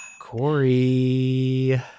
Corey